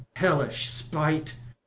hellish spite!